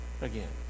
again